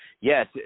yes